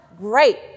Great